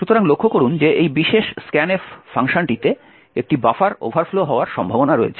সুতরাং লক্ষ্য করুন যে এই বিশেষ scanf ফাংশনটিতে একটি বাফার ওভারফ্লো হওয়ার সম্ভাবনা রয়েছে